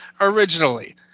originally